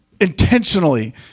intentionally